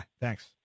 thanks